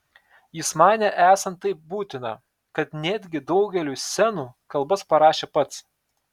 jis manė esant taip būtina kad netgi daugeliui scenų kalbas parašė pats